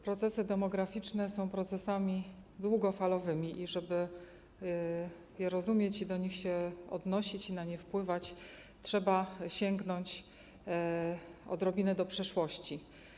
Procesy demograficzne są procesami długofalowymi i żeby je rozumieć, do nich się odnosić i na nie wpływać, trzeba sięgnąć odrobinę do przeszłości.